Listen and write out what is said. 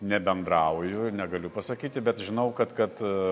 nebendrauju ir negaliu pasakyti bet žinau kad kad